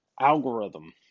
algorithm